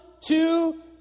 two